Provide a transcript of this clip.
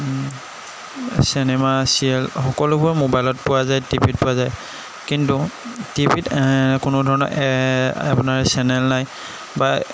cinema serial সকলোবোৰ মোবাইলত পোৱা যায় টি ভিত পোৱা যায় কিন্তু টি ভিত কোনো ধৰণৰ আপোনাৰ চেনেল নাই বা